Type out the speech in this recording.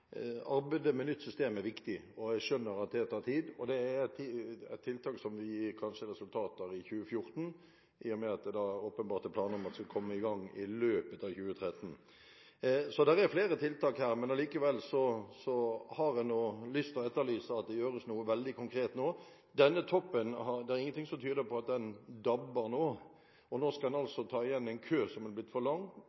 Arbeidet med nytt system er viktig, og jeg skjønner at det tar tid. Det er et tiltak som vi kanskje ser resultater av i 2014, i og med at det åpenbart er planer om at det skal komme i gang i løpet av 2013. Så det er flere tiltak her. Men allikevel har jeg nå lyst til å etterlyse at det gjøres noe veldig konkret nå. Det er ingenting som tyder på at denne toppen dabber av nå. Nå skal en